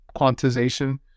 quantization